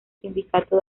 sindicato